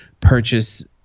purchase